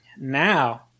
Now